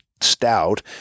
stout